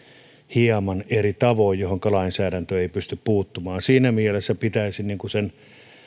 hieman eri tavoin joihinka lainsäädäntö ei ei pysty puuttumaan siinä mielessä pitäisin terveenä sen